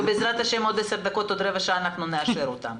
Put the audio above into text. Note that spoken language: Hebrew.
ובעזרת השם בעוד 10 דקות או רבע שעה נאשר אותן.